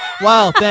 Wow